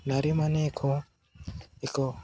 ନାରୀମାନେ ଏକ ଏକ